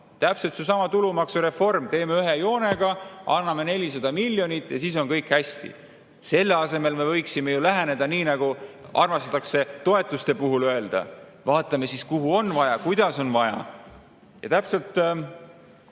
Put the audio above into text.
Täpselt seesama tulumaksureform – teeme ühe joonega, anname 400 miljonit ja siis on kõik hästi. Selle asemel me võiksime ju läheneda nii, nagu armastatakse toetuste puhul öelda: vaatame siis, kuhu on vaja, kuidas on vaja. Ja täpselt